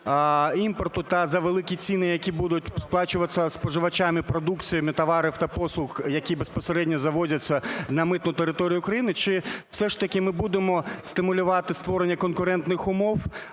імпорту за великі ціни, які будуть сплачуватись споживачами продукції, товарів та послуг, які безпосередньо завозяться на митну територію України, чи все ж таки ми будемо стимулювати створення конкурентних умов,